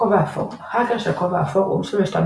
כובע אפור האקר של כובע אפור הוא מי שמשתמש